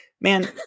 man